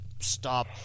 stop